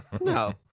No